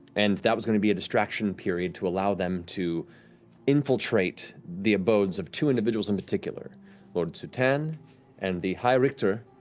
and that was going to be a distraction period to allow them to infiltrate the abodes of two individuals in particular lord sutan and the high-richter